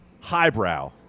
highbrow